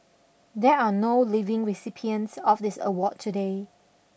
there are no living recipients of this award today